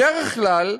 בדרך כלל,